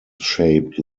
shaped